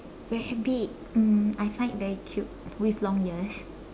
rabbit um I find it very cute with long ears